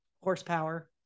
horsepower